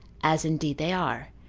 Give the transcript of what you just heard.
as indeed they are,